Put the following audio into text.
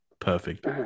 Perfect